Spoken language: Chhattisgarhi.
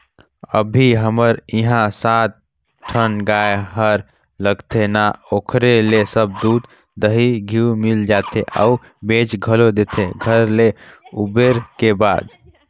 अभी हमर इहां सात ठन गाय हर लगथे ना ओखरे ले सब दूद, दही, घींव मिल जाथे अउ बेंच घलोक देथे घर ले उबरे के बाद